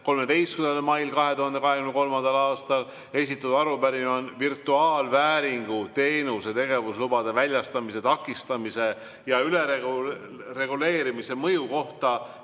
13. mail 2023. aastal esitatud arupärimine on virtuaalvääringu teenuse tegevuslubade väljastamise takistamise ja ülereguleerimise mõju kohta